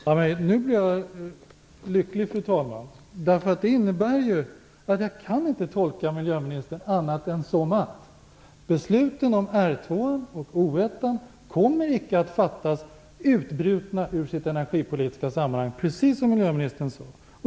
Fru talman! Nu blir jag lycklig. Det här innebär ju att jag inte kan tolka miljöministern på annat sätt än att besluten om Ringhals 2 och Oskarshamn 1 icke kommer att fattas utbrutna ur sitt energipolitiska sammanhang.